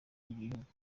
by’igihugu